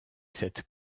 cette